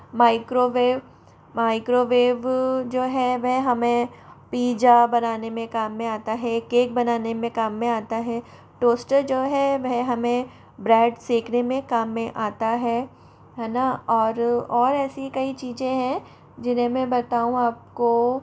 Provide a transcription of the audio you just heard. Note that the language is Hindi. माइक्रोवेव माइक्रोवेव जो है वह हमें पिज्जा बनाने में काम में आता है केक बनाने में काम में आता है टोस्टर जो है वह हमें ब्रैड सेकने में काम में आता है हेना और और ऐसी कई चीज़ें हैं जिन्हें मैं बताऊँ आप को